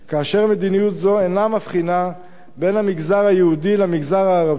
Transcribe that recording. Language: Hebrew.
ומדיניות זו אינה מבחינה בין המגזר היהודי למגזר הערבי.